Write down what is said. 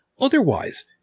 otherwise